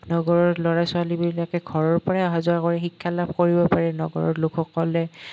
নগৰৰ ল'ৰা ছোৱালীবিলাকে ঘৰৰ পৰাই অহা যোৱা কৰি শিক্ষা লাভ কৰিব পাৰে নগৰৰ লোকসকলে